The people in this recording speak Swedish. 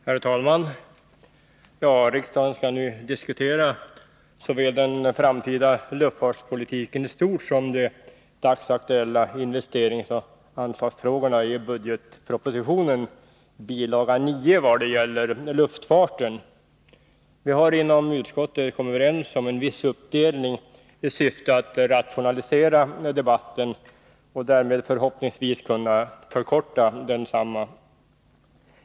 Herr talman! Riksdagen skall nu diskutera såväl den framtida luftfartspolitiken i stort som de dagsaktuella investeringsoch anslagsfrågorna i budgetpropositionen, bil. 9, vad gäller luftfarten. Vi har inom utskottet kommit överens om en viss uppdelning i syfte att rationalisera debatten och därmed förhoppningsvis kunna förkorta densamma.